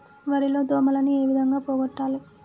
వరి లో దోమలని ఏ విధంగా పోగొట్టాలి?